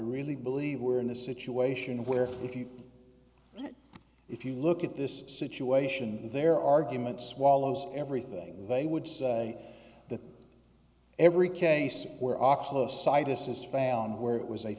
really believe we're in a situation where if you if you look at this situation their argument swallows everything they would say that every case where octo sitas is found where it was a